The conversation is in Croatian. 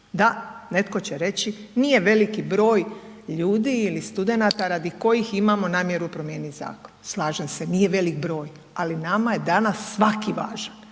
da netko će reći nije veliki broj ljudi ili studenata radi kojih imamo namjeru promijenit zakon, slažem se, nije velik broj, ali nama je danas svaki važan,